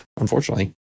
unfortunately